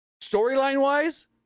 storyline-wise